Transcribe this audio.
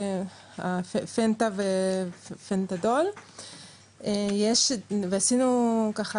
הפנטה ופנטדול ועשינו ככה,